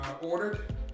ordered